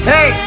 Hey